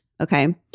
Okay